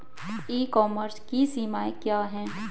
ई commerce की सीमाएं क्या हैं?